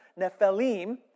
Nephilim